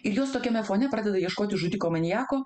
ir jos tokiame fone pradeda ieškoti žudiko maniako